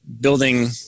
building